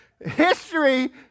history